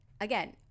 again